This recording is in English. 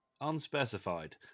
unspecified